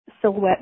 Silhouette